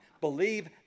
believe